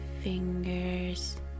fingers